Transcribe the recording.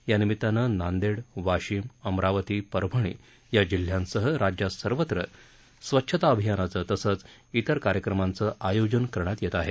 यानिमित्तानं नांदेड वाशिम अमरावती परभणी या जिल्ह्यांसह राज्यात सर्वत्र स्वच्छता अभियानाचं तसंच इतर कार्यक्रमांचं आयोजन केलं होतं